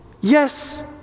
yes